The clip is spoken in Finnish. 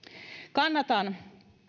kannatan